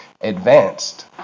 advanced